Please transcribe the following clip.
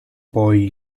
poi